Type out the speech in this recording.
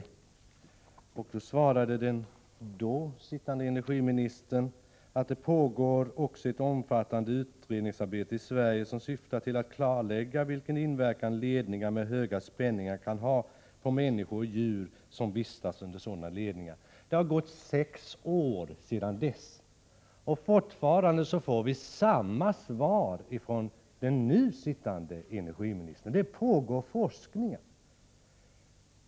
Vid det tillfället svarade den dåvarande energiministern att det pågår ett omfattande utredningsarbete i Sverige som syftar till att klarlägga vilken inverkan ledningar med hög spänning kan ha på människor Om riskerna av att bo i närheten av kraftledningar och djur som vistas under sådana ledningar. Även nu, sex år senare, får vi samma svar, från den nuvarande energiministern, nämligen att det pågår forskning.